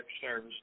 service